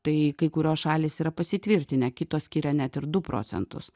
tai kai kurios šalys yra pasitvirtinę kitos skiria net ir du procentus